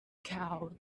cow